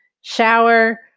shower